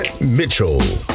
mitchell